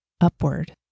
upward